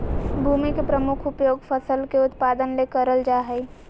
भूमि के प्रमुख उपयोग फसल के उत्पादन ले करल जा हइ